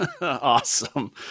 Awesome